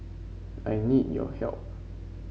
I need your help